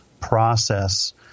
process